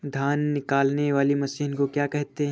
धान निकालने वाली मशीन को क्या कहते हैं?